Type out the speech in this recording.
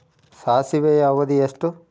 ಸಾಸಿವೆಯ ಅವಧಿ ಎಷ್ಟು?